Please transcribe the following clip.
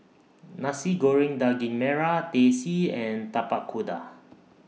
Nasi Goreng Daging Merah Teh C and Tapak Kuda